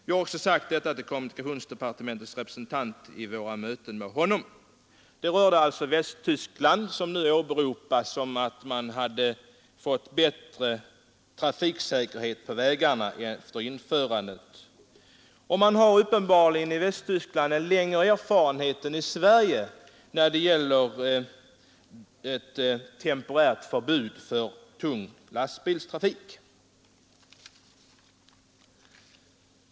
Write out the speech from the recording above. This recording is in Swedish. Vi har också sagt detta till kommunikationsdepartementets representant vid vårt möte med honom.” Detta gällde alltså Västtyskland där det nu sades att man hade fått bättre trafiksäkerhet på vägarna efter införandet av helgtrafiksförbudet. Man har uppenbarligen i Västtyskland en längre erfarenhet än i Sverige när det gäller temporärt förbud för tunga lastbilar.